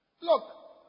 Look